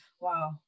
Wow